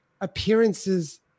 appearances